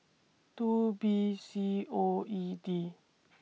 two B C O E D